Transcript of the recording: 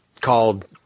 called –